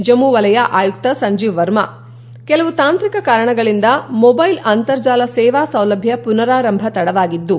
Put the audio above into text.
ಜಮ್ನ ವಲಯ ಆಯುಕ್ತ ಸಂಜೀವ್ ವರ್ಮಾ ಕೆಲವು ತಾಂತ್ರಿಕ ಕಾರಣಗಳಿಂದ ಮೊಬ್ಲೆಲ್ ಅಂತರ್ಜಾಲ ಸೇವಾ ಸೌಲಭ್ಯ ಮನರಾರಂಭ ತಡವಾಗಿದ್ದು